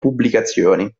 pubblicazioni